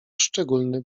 szczególny